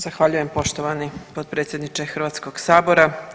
Zahvaljujem poštovani potpredsjedniče Hrvatskog sabora.